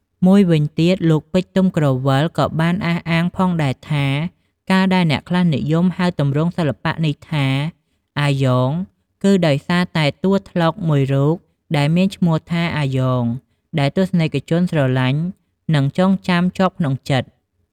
ម្យ៉ាងវិញទៀត លោក ពេជ្រ ទុំក្រវ៉ិល ក៏បានអះអាងផងដែរថា ការដែលអ្នកខ្លះនិយមហៅទម្រង់សិល្បៈនេះថា “អាយ៉ង” គឺដោយសារតែតួត្លុកមួយរូបដែលមានឈ្មោះថា “អាយ៉ង” ដែលទស្សនិកជនស្រឡាញ់ និងចងចាំជាប់ក្នុងចិត្ត ។